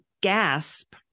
gasp